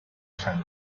esan